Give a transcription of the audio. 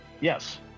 Yes